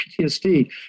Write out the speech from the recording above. ptsd